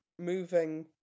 Moving